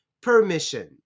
permission